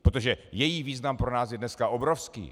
Protože její význam pro nás je dneska obrovský.